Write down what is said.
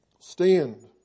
Stand